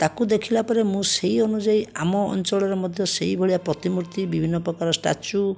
ତାକୁ ଦେଖିଲା ପରେ ମୁଁ ସେହି ଅନୁଯାୟୀ ଆମ ଅଞ୍ଚଳରେ ମଧ୍ୟ ସେଇ ଭଳିଆ ପ୍ରତିମୂର୍ତ୍ତି ବିଭିନ୍ନ ପ୍ରକାର ସ୍ଟାଚ୍ୟୁ